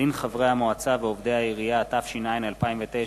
(דין חברי המועצה ועובדי העירייה), התש”ע 2009,